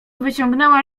wyciągnęła